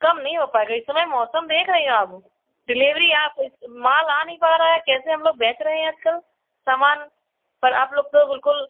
कम नहीं हो पाएगा इस समय मौसम देख रई हो आप डिलीवरी आप माल आ नहीं पा रहा है कैसे हम लोग बेच रहे हैं आज कल सामान पर आप लोग तो बिल्कुल